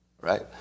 right